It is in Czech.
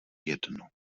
jedno